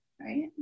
right